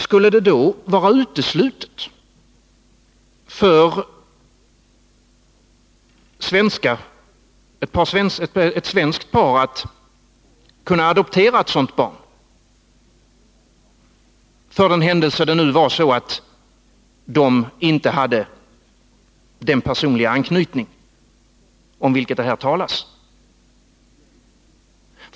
Skulle det då vara uteslutet för ett svenskt par att kunna adoptera ett sådant barn, för den händelse det inte fanns den personliga anknytning om vilken det här talas?